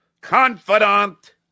Confidant